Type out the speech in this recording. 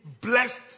blessed